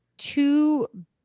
Two